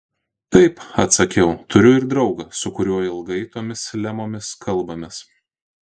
taip atsakiau turiu ir draugą su kuriuo ilgai tomis lemomis kalbamės